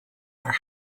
are